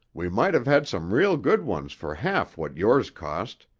we might have had some real good ones for half what yours cost.